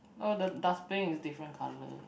oh the dustbin is different colour